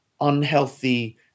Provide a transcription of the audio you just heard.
unhealthy